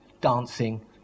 dancing